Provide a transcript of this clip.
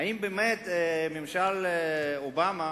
האם באמת ממשל אובמה